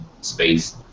Space